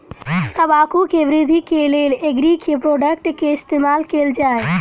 तम्बाकू केँ वृद्धि केँ लेल एग्री केँ के प्रोडक्ट केँ इस्तेमाल कैल जाय?